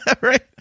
Right